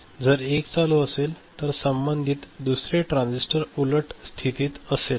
जर एक चालू असेल तर संबंधित दुसरे ट्रान्झिस्टर उलट स्थितीत असेल